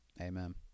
Amen